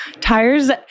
tires